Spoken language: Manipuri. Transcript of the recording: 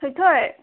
ꯊꯣꯏ ꯊꯣꯏ